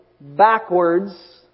backwards